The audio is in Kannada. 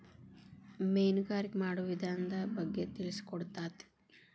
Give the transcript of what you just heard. ಮೇನುಗಾರಿಕೆ ಮಾಡುವ ವಿಧಾನದ ಬಗ್ಗೆ ತಿಳಿಸಿಕೊಡತತಿ